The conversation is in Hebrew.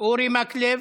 אורי מקלב,